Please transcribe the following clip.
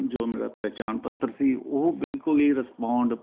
ਜੋ ਮੇਰਾ ਪਹਿਚਾਣ ਪੱਤਰ ਸੀ ਉਹ ਬਿਲਕੁਲ ਹੀ ਰਿਸਪਾਂਡ